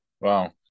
Wow